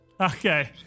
Okay